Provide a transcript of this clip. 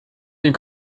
den